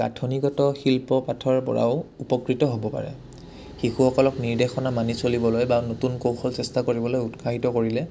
গাঁথনিগত শিল্প পাঠৰ পৰাও উপকৃত হ'ব পাৰে শিশুসকলক নিৰ্দেশনা মানি চলিবলৈ বা নতুন কৌশল চেষ্টা কৰিবলৈ উৎসাহিত কৰিলে